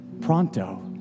pronto